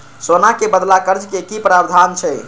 सोना के बदला कर्ज के कि प्रावधान छै?